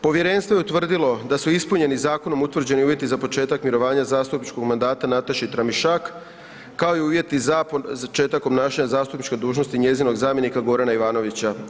Povjerenstvo je utvrdilo da su ispunjeni zakonom utvrđeni uvjeti za početak mirovanja zastupničkog mandata Nataše Tramišak kao i uvjeti za početak obnašanja zastupničke dužnosti njezinog zamjenika Gorana Ivanovića.